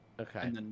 okay